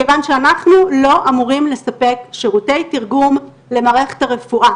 כיוון שאנחנו לא אמורים לספק שירותי תרגום למערכת הרפואה.